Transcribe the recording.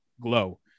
glow